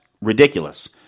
ridiculous